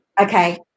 Okay